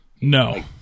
No